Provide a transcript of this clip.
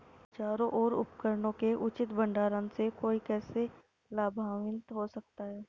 औजारों और उपकरणों के उचित भंडारण से कोई कैसे लाभान्वित हो सकता है?